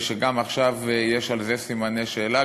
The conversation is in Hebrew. עכשיו גם על זה יש סימני שאלה,